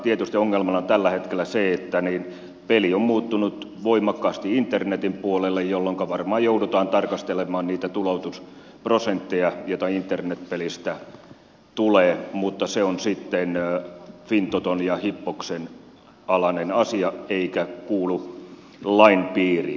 tietysti ongelmana on tällä hetkellä se että peli on siirtynyt voimakkaasti internetin puolelle jolloinka varmaan joudutaan tarkastelemaan niitä tuloutusprosentteja joita internetpelistä tulee mutta se on sitten fintoton ja hippoksen alainen asia eikä kuulu lain piiriin